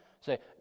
Say